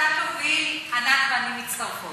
היו"ר אחמד טיבי: אנחנו רוצים לעגן את זה בחוק.